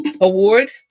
Award